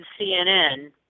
CNN